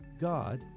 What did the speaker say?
God